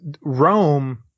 Rome